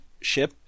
ship